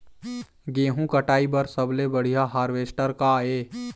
गेहूं कटाई बर सबले बढ़िया हारवेस्टर का ये?